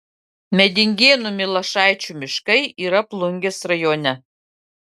medingėnų milašaičių miškai yra plungės rajone